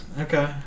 Okay